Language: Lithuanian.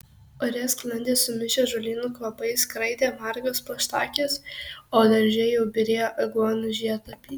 ore sklandė sumišę žolynų kvapai skraidė margos plaštakės o darže jau byrėjo aguonų žiedlapiai